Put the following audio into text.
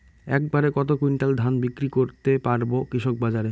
এক বাড়ে কত কুইন্টাল ধান বিক্রি করতে পারবো কৃষক বাজারে?